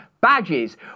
Badges